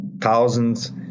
thousands